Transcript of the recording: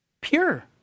Pure